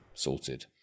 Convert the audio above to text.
sorted